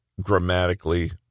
grammatically